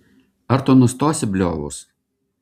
ar tu nustosi bliovus